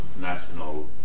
national